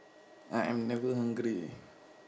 I am never hungry